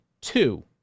two